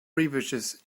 beverages